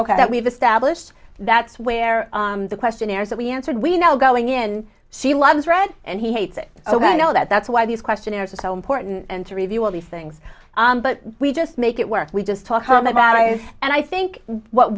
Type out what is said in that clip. that we've established that's where the questionnaires that we answered we know going in she loves red and he hates it oh i know that that's why these questionnaires are so important and to review all these things but we just make it work we just talk about it and i think what